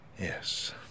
Yes